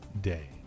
day